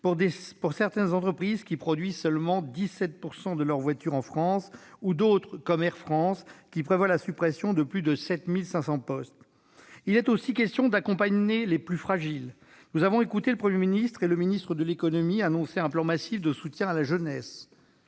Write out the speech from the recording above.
à certaines entreprises qui produisent seulement 17 % de leurs voitures en France ou d'autres, comme Air France, qui prévoit de supprimer plus de 7 500 postes. Il est aussi question d'accompagner les plus fragiles. Nous avons écouté le Premier ministre et le ministre de l'économie annoncer un plan massif de soutien pour la jeunesse.